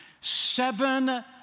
seven